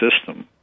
system